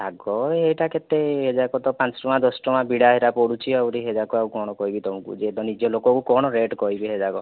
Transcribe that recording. ଶାଗ ଏଟା ତ କେତେ ଏରାକ ପାଞ୍ଚ ଟଙ୍କା ଦଶ ଟଙ୍କା ବିଡ଼ା ପଡ଼ୁଛି ଆହୁରି ହେରାକ ଆଉ କଣ କହିବି ତମକୁ ଯେ ନିଜ ଲୋକଙ୍କୁ କଣ ରେଟ୍ କହିବି ହେରାକ